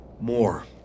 more